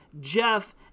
Jeff